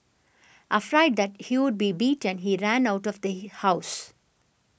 afraid that he would be beaten he ran out of the house